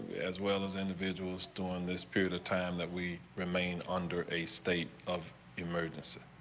as well as individuals during this period of time that we remain under a state of emergency.